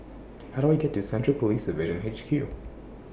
How Do I get to Central Police Division H Q